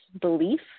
belief